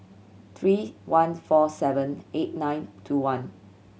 three one four seven eight nine two one